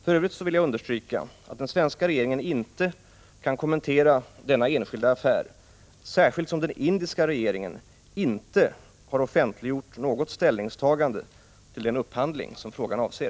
För övrigt vill jag understryka att den svenska regeringen inte kan kommentera denna enskilda affär, särskilt som den indiska regeringen inte har offentliggjort något ställningstagande till den upphandling som frågan avser.